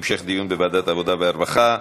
המשך דיון בוועדת העבודה והרווחה.